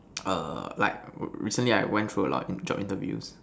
err like re~ recently I went through a lot in job interviews